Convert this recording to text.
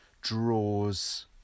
draws